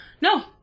No